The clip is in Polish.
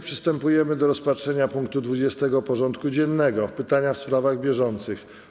Przystępujemy do rozpatrzenia punktu 20. porządku dziennego: Pytania w sprawach bieżących.